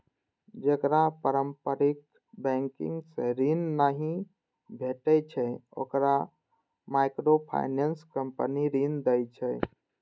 जेकरा पारंपरिक बैंकिंग सं ऋण नहि भेटै छै, ओकरा माइक्रोफाइनेंस कंपनी ऋण दै छै